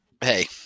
hey